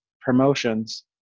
promotions